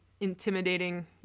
Intimidating